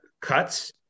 cuts